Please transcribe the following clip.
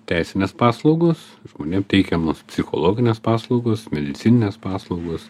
teisinės paslaugos žmonėm teikiamos psichologinės paslaugos medicininės paslaugos